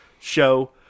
show